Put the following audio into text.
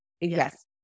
Yes